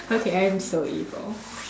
okay I'm so evil